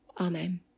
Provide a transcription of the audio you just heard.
Amen